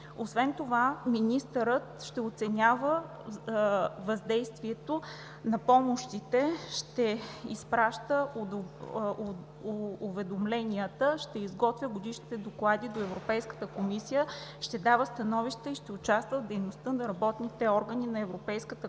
Освен това министърът ще оценява въздействието на помощите, ще изпраща уведомленията, ще изготвя годишните доклади до Европейската комисия, ще дава становища и ще участва в дейността на работните органи на Европейската комисия,